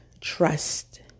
trust